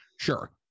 Sure